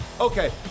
Okay